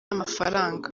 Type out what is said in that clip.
amafaranga